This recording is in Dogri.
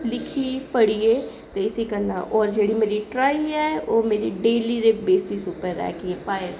लिखी पढ़ियै ते इसी करना होर जेह्ड़ी मेरी ट्राई ऐ ओह् मेरी डेह्ली दे बेसिस उप्पर ऐ कि भामें